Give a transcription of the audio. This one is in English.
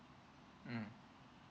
mm